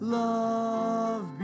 love